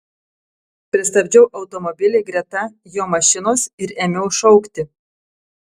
pristabdžiau automobilį greta jo mašinos ir ėmiau šaukti